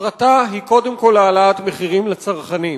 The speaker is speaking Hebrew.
הפרטה היא קודם כול העלאת המחירים לצרכנים,